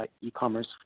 e-commerce